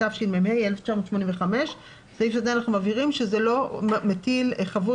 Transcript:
התשמ"ה 1985‏."" בסעיף הזה אנחנו מבהירים שזה לא מטיל חבות